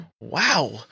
Wow